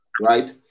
right